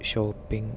shopping